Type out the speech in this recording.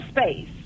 space